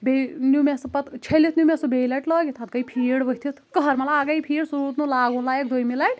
بیٚیہِ نیٚوٗ مےٚ سُہ پَتہٕ چٕھٔلِتھ نیٚوٗ مےٚ سُہ بیٚیہِ لَٹہِ لٲگِتھ اَتھ گٔے فیٖڈ ؤتِھتھ کٔہر مطلب اکھ گٔے فیٖڈ سُہ روٗد نہٕ لاگُن لایَک دوٚیمہِ لَٹہِ